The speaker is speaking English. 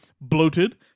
bloated